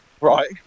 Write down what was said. right